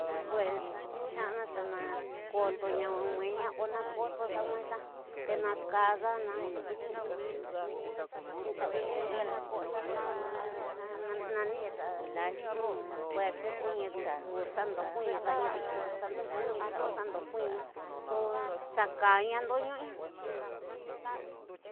Pues xana na kotaña nuera onokoto xa nwexa te ña kadana kuin ndida kuini in tawindute ña xooxa ña kwa ña ntiixa ñueza kanadi ku xanduñu; konadi ku xa ndukuixa o xandukunia ku xaka´aña ndoñu´una.